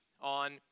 on